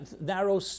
narrow